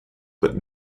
but